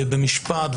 במשפט.